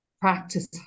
practice